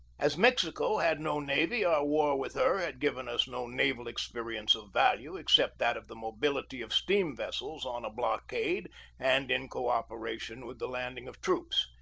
as mexico had no navy our war with her had given us no naval experience of value except that of the mobility of steam-vessels on a blockade and in co-operation with the landing of troops.